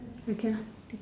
weekend